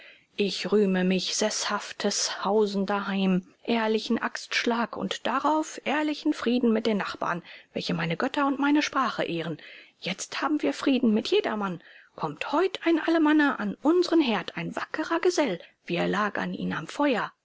ich rühme mir seßhaftes hausen daheim ehrlichen axtschlag und darauf ehrlichen frieden mit den nachbarn welche meine götter und meine sprache ehren jetzt haben wir frieden mit jedermann kommt heut ein alemanne an unseren herd ein wackerer gesell wir lagern ihn am feuer